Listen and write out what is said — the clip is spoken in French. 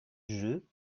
jeu